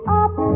up